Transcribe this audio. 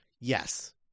Yes